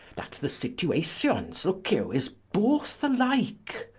that the situations looke you, is both alike.